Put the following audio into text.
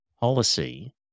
policy